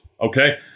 okay